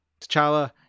T'Challa